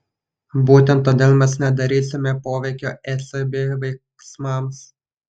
būtent todėl mes nedarysime poveikio ecb veiksmams